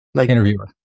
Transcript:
Interviewer